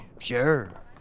Sure